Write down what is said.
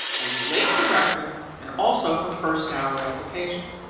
i was late for breakfast and also for first-hour recitation.